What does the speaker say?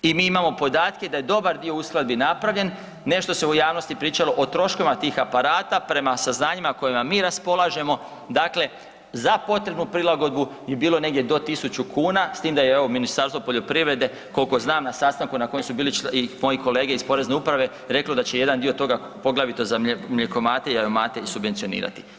I mi imamo podatke da je dobar dio uskladbi napravljen, nešto se u javnosti pričalo o troškovima tih aparata, prema saznanjima kojima mi raspolažemo, dakle, za potrebnu prilagodbu je bilo negdje do 1000 kuna, s time da, evo, Ministarstvo poljoprivrede koliko znam, na sastanku na kojem su bili i moji kolege iz porezne uprave, reklo da će jedan dio toga, poglavito za mlijekomate i jajomate i subvencionirati.